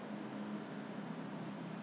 if I'm not what I applied under quite a number of names